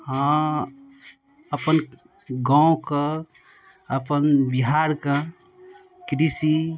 हँ अपन गामके अपन बिहारके कृषि